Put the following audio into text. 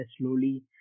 slowly